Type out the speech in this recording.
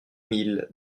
mille